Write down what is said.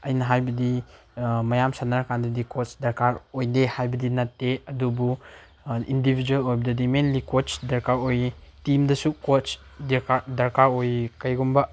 ꯑꯩꯅ ꯍꯥꯏꯕꯗꯤ ꯃꯌꯥꯝ ꯁꯥꯟꯅꯔ ꯀꯥꯟꯗꯗꯤ ꯀꯣꯠꯁ ꯗꯔꯀꯥꯔ ꯑꯣꯏꯗꯦ ꯍꯥꯏꯕꯗꯤ ꯅꯠꯇꯦ ꯑꯗꯨꯕꯨ ꯏꯟꯗꯤꯕꯤꯖ꯭ꯋꯦꯜ ꯑꯣꯏꯕꯗꯗꯤ ꯃꯦꯟꯂꯤ ꯀꯣꯠꯁ ꯗꯔꯀꯥꯔ ꯑꯣꯏ ꯇꯤꯝꯗꯁꯨ ꯀꯣꯠꯁ ꯗꯔꯀꯥꯔ ꯑꯣꯏ ꯀꯔꯤꯒꯨꯝꯕ